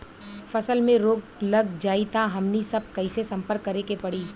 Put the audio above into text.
फसल में रोग लग जाई त हमनी सब कैसे संपर्क करें के पड़ी?